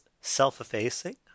self-effacing